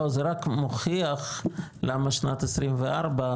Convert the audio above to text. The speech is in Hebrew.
זה רק מוכיח למה שנת 24,